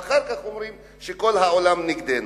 ואחר כך אומרים שכל העולם נגדנו.